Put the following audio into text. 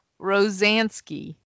Rosansky